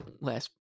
last